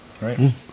Right